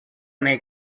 nei